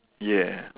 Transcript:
yeah